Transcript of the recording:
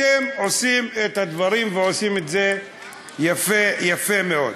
אתם עושים את הדברים ועושים את זה יפה, יפה מאוד.